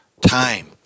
time